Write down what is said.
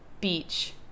Beach